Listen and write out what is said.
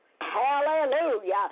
Hallelujah